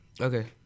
Okay